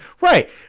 right